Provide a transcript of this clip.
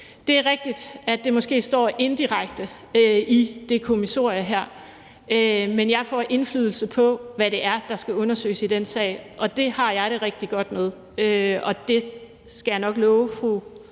Det er rigtigt, at det måske står indirekte i det kommissorie her, men jeg får indflydelse på, hvad det er, der skal undersøges i den sag, og det har jeg det rigtig godt med, og det skal jeg nok love fru